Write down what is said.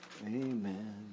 amen